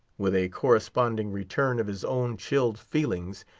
with a corresponding return of his own chilled feelings,